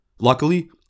Luckily